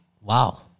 Wow